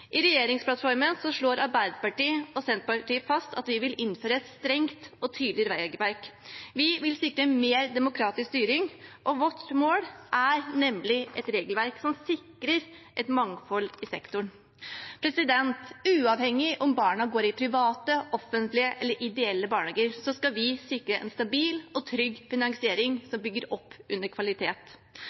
I regjeringsplattformen slår Arbeiderpartiet og Senterpartiet fast at vi vil innføre et strengt og tydelig regelverk. Vi vil sikre mer demokratisk styring. Vårt mål er nemlig et regelverk som sikrer mangfold i sektoren. Uavhengig av om barna går i private, offentlige eller ideelle barnehager, skal vi sikre en stabil og trygg finansiering som bygger opp under kvalitet.